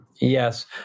Yes